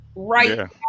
right